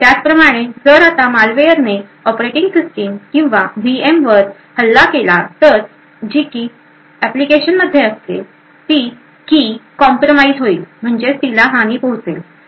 त्याचप्रमाणे जर आता मालवेयर ने ऑपरेटिंग सिस्टीम किंवा व्हीएमवर हल्ला केला तर जी की एप्लिकेशन मध्ये आहे ती की कॉम्प्रमाईजतिला हानी पोहोचेल होईल